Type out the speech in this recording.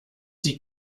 die